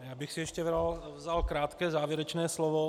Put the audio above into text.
Já bych si ještě vzal krátké závěrečné slovo.